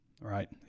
right